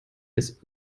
des